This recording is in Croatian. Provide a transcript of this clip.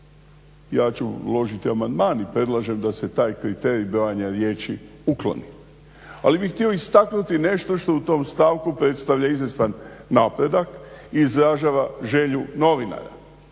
Ja ću uložiti amandman i predlažem da se taj kriterij brojanja riječi ukloni. Ali bih htio istaknuti nešto što u tom stavku predstavlja izvjestan napredak, izražava želju novinara,